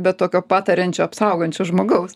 be tokio patariančio apsaugančio žmogaus